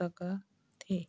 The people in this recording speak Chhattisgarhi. सका थे?